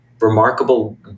remarkable